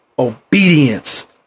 obedience